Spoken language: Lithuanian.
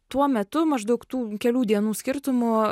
tuo metu maždaug tų kelių dienų skirtumu